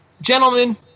gentlemen